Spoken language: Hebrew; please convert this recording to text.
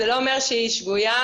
אין בזה שום יתרון.